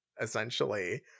essentially